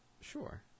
Sure